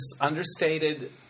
understated